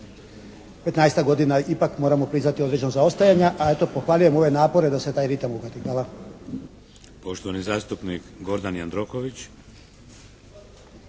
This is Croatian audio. godina ipak moramo priznati određenog zaostajanja. A eto, pohvaljujemo ove napore da se taj ritam uhvati. Hvala.